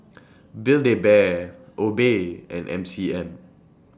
Build A Bear Obey and M C M